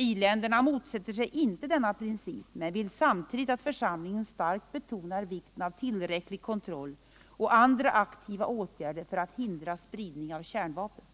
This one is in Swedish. I-länderna motsätter sig inte denna princip men vill samtidigt att församlingen starkt skall betona vikten av tillräcklig kontroll och andra aktiva åtgärder för att hindra spridning av kärnvapen.